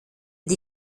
die